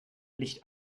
licht